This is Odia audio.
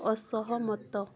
ଅସହମତ